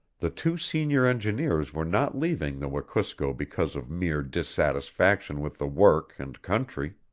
the two senior engineers were not leaving the wekusko because of mere dissatisfaction with the work and country.